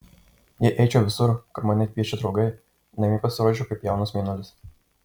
jei eičiau visur kur mane kviečia draugai namie pasirodyčiau kaip jaunas mėnulis